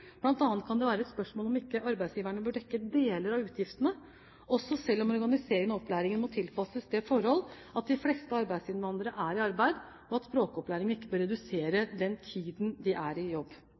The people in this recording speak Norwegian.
kan det være et spørsmål om ikke arbeidsgiverne bør dekke deler av utgiftene. Også selve organiseringen av opplæringen må tilpasses det forhold at de fleste arbeidsinnvandrerne er i arbeid, og at språkopplæringen ikke bør redusere den tiden de er i jobb.